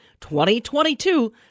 2022